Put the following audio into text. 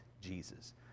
Jesus